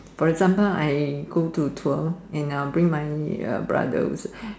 for example I go to tour and bring my brother